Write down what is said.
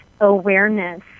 awareness